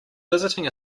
visiting